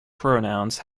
pronouns